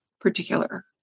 particular